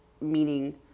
meaning